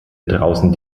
draußen